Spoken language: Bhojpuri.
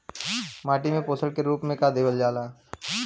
माटी में पोषण के रूप में का देवल जाला?